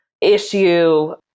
issue